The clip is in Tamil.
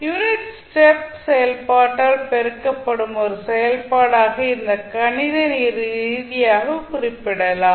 யூனிட் ஸ்டெப் செயல்பாட்டால் பெருக்கப்படும் ஒரு செயல்பாடாக இதை கணித ரீதியாக குறிப்பிடலாம்